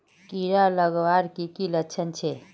कीड़ा लगवार की की लक्षण छे?